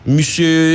Monsieur